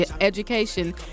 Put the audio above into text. education